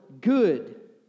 good